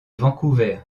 vancouver